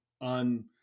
on